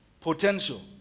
potential